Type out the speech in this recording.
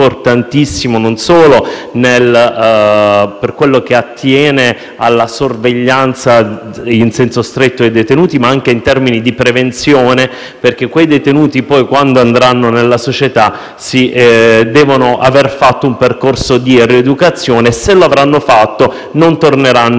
non solo per la sorveglianza in senso stretto dei detenuti, ma anche in termini di prevenzione. Infatti, i detenuti che rientrano nella società devono aver fatto un percorso di rieducazione; se lo avranno fatto, non torneranno a delinquere.